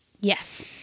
Yes